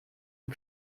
die